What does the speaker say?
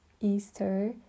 Easter